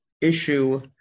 issue